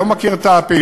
אני לא מכיר את הפעילות.